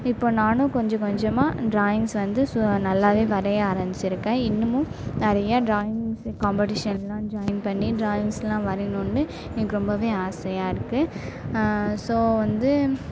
இப்போ நானும் கொஞ்சம் கொஞ்சமாக ட்ராயிங்ஸ் வந்து நல்லாவே வரைய ஆரமிச்சுருக்கேன் இன்னுமும் நிறைய ட்ராயிங்ஸு காம்படிஷனெலாம் ஜாயின் பண்ணி ட்ராயிங்ஸ்யெலாம் வரையணும்ன்னு எனக்கு ரொம்பவே ஆசையாக இருக்குது ஸோ வந்து